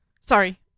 sorry